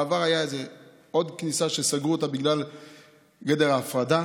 בעבר הייתה עוד כניסה שסגרו בגלל גדר ההפרדה,